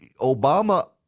obama